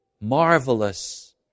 Marvelous